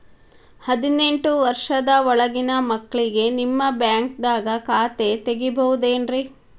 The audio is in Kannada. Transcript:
ಹದಿನೆಂಟು ವರ್ಷದ ಒಳಗಿನ ಮಕ್ಳಿಗೆ ನಿಮ್ಮ ಬ್ಯಾಂಕ್ದಾಗ ಖಾತೆ ತೆಗಿಬಹುದೆನ್ರಿ?